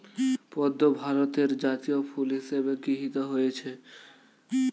পদ্ম ভারতের জাতীয় ফুল হিসেবে গৃহীত হয়েছে